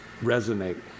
resonate